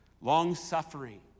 long-suffering